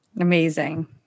Amazing